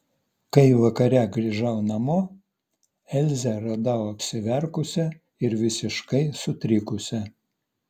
kai vakare grįžau namo elzę radau apsiverkusią ir visiškai sutrikusią